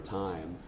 time